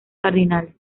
cardinales